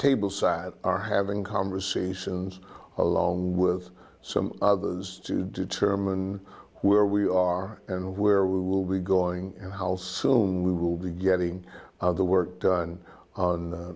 table side are having conversations along with some others to determine where we are and where we will be going and how soon we will be getting the work done on